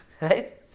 right